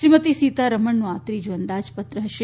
શ્રીમતી સીતારમણનું આ ત્રીજું અંદાજપત્ર હશે